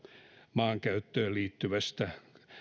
maankäyttöön liittyvästä